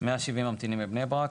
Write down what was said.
170 ממתינים בבני ברק,